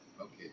Okay